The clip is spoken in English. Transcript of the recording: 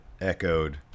echoed